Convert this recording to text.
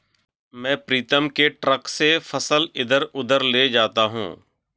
मैं प्रीतम के ट्रक से फसल इधर उधर ले जाता हूं